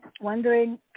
Wondering